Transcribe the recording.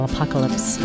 Apocalypse